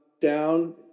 down